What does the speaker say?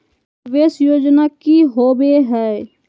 निवेस योजना की होवे है?